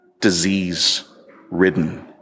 disease-ridden